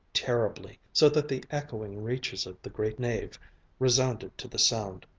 terribly, so that the echoing reaches of the great nave resounded to the sound.